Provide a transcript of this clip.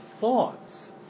thoughts